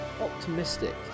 optimistic